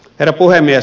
herra puhemies